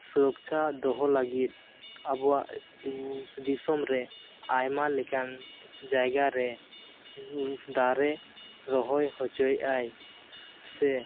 ᱥᱩᱨᱚᱠᱪᱷᱟ ᱫᱚᱦᱚ ᱞᱟᱹᱜᱤᱫ ᱟᱵᱚᱣᱟᱜ ᱫᱤᱥᱚᱢᱨᱮ ᱟᱭᱢᱟ ᱞᱮᱠᱟᱱ ᱡᱟᱭᱜᱟᱨᱮ ᱫᱟᱨᱮ ᱨᱚᱦᱚᱭ ᱦᱚᱪᱚᱭᱮᱜ ᱟᱭ ᱥᱮ